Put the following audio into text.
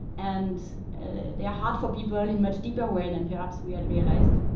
and they are hard for people in much deeper ways than perhaps we had realized.